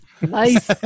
nice